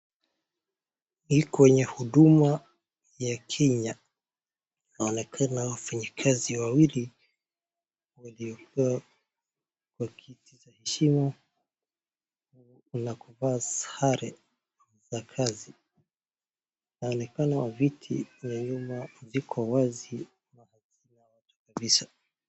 Ni kwenye huduma ya Kenya. inaonekana wafanyikazi wawili waliokuwa kwa kiti za heshimu na kuvaa sare za kazi. inaonekana viti za nyuma ziko wazi na hazina watu kabisa.